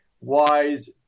wise